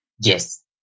Yes